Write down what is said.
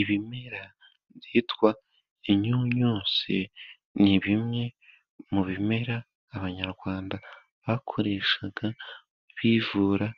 Ibimera byitwa inyunyusi ni bimwe mu bimera Abanyarwanda bakoreshaga, bivura